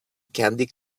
candy